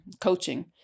coaching